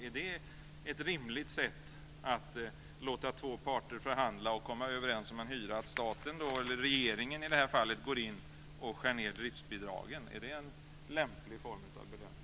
Är det ett rimligt sätt att låta två parter förhandla och komma överens om en hyra till staten och sedan går i det här fallet regeringen in och skär ned driftbidragen? Är det en lämplig form av belöning?